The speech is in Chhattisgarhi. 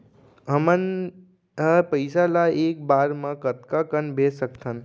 हमन ह पइसा ला एक बार मा कतका कन भेज सकथन?